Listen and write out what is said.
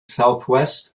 southwest